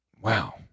Wow